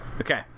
okay